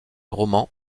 romans